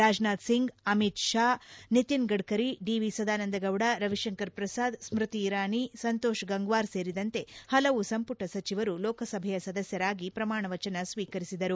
Rajnath Singh Amit Shah Nitin Gadkari D V Sadananda Gowda Ravi Shankar Prasad Smriti Irani Santosh Gangwar ಸೇರಿದಂತೆ ಹಲವು ಸಂಪುಟ ಸಚಿವರು ಲೋಕಸಭೆಯ ಸದಸ್ಯರಾಗಿ ಪ್ರಮಾಣ ಸ್ವೀಕರಿಸಿದರು